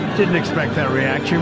didn't expect that reaction